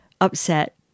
upset